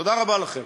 תודה רבה לכם.